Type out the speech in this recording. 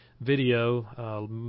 video